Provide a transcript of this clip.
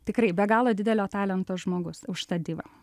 tikrai be galo didelio talento žmogus užtat diva